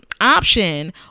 option